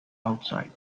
outside